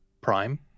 prime